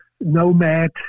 Nomad